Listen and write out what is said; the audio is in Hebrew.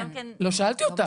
לא שאלתי אותך.